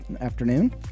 afternoon